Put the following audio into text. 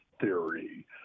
theory